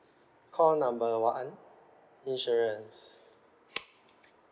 call number one insurance